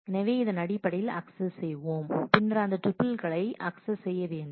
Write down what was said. எனவே அதன் அடிப்படையில் அக்சஸ் செய்வோம் பின்னர் அந்த டூப்பிளை அக்சஸ் செய்ய வேண்டும்